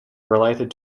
related